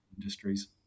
industries